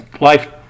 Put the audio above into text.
life